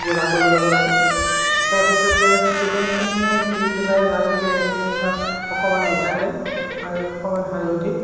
গুড়া কৰি ল'ব লাগে তাৰপিছতে ছিকেনখিনি ধুই পেলাই ভালকে সেইখিনি তাত অকণমান মিঠাতেল আৰু অকণমান হালধি